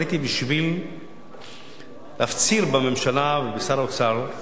עליתי בשביל להפציר בממשלה ובשר האוצר,